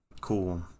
Cool